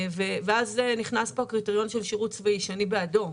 ואז נכנס פה הקריטריון של שירות צבאי שאני בעדו.